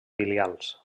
filials